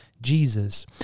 Jesus